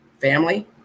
family